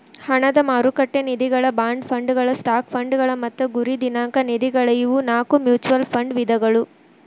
ಹಣದ ಮಾರುಕಟ್ಟೆ ನಿಧಿಗಳ ಬಾಂಡ್ ಫಂಡ್ಗಳ ಸ್ಟಾಕ್ ಫಂಡ್ಗಳ ಮತ್ತ ಗುರಿ ದಿನಾಂಕ ನಿಧಿಗಳ ಇವು ನಾಕು ಮ್ಯೂಚುಯಲ್ ಫಂಡ್ ವಿಧಗಳ